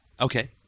Okay